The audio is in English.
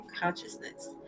consciousness